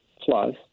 plus